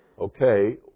okay